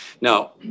Now